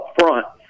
upfront